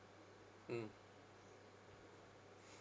mm